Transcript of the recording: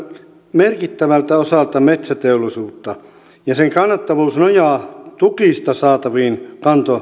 merkittävältä osalta metsäteollisuutta ja sen kannattavuus nojaa tukista saataviin